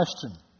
question